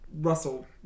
Russell